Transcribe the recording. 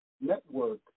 Network